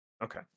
okay